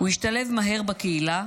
הוא השתלב מהר בקהילה,